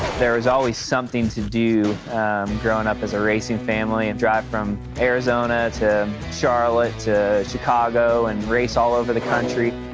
there was always something to do growing up as a racing family. and drive from arizona to charlotte to chicago and race all over the country.